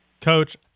Coach